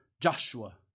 Joshua